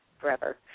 forever